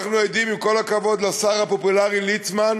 אנחנו עדים, עם כל הכבוד לשר הפופולרי ליצמן,